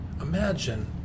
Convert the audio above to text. Imagine